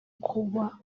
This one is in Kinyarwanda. kuba